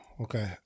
Okay